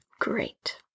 Great